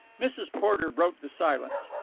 mrs. porter broke the silence.